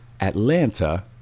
Atlanta